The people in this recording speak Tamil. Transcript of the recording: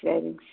சரிங்க